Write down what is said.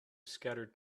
scattered